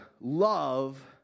love